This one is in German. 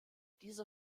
diese